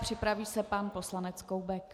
Připraví se pan poslanec Koubek.